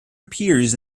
appears